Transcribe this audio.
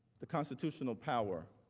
the constitutional power